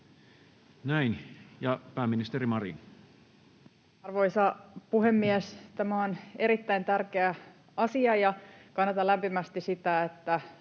pääministeri Marin. Arvoisa puhemies! Tämä on erittäin tärkeä asia, ja kannatan lämpimästi sitä, että